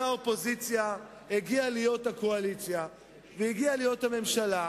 אותה אופוזיציה הגיעה להיות הקואליציה ולהיות הממשלה,